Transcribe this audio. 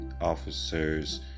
officers